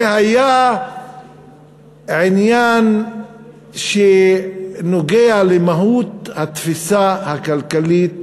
זה היה עניין שנוגע למהות התפיסה הכלכלית